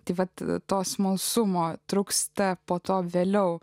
tai vat to smalsumo trūksta po to vėliau